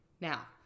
Now